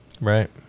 Right